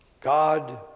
God